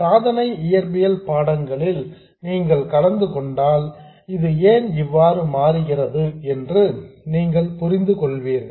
சாதனை இயற்பியல் பாடங்களில் நீங்கள் கலந்து கொண்டால் இது ஏன் இவ்வாறு மாறுகிறது என்று நீங்கள் புரிந்துகொள்வீர்கள்